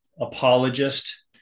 apologist